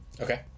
Okay